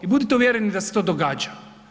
I budite uvjereni da se to događa.